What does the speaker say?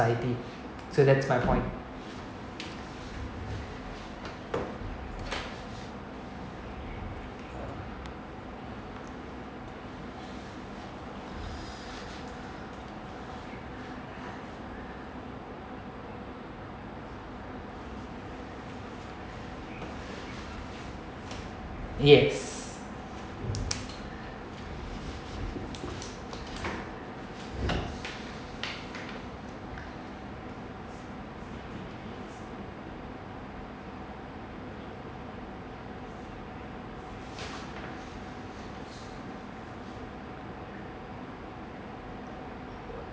so that's my point yes